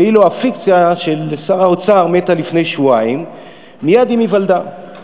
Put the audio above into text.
ואילו הפיקציה של שר האוצר מתה לפני שבועיים מייד עם היוולדה.